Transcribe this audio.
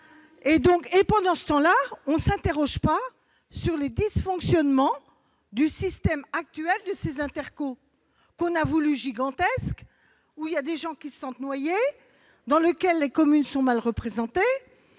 Et, pendant ce temps-là, on ne s'interroge pas sur les dysfonctionnements du système actuel des intercommunalités, que l'on a voulues gigantesques, où certains élus se sentent noyés, dans lesquelles les communes ne sont pas représentées